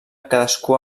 cadascú